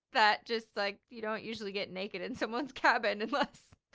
that just like you don't usually get naked and someone's cabin unless,